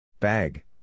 Bag